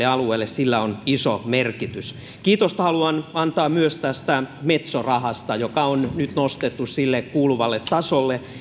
alueille sillä on iso merkitys kiitosta haluan antaa myös tästä metso rahasta joka on nyt nostettu sille kuuluvalle tasolle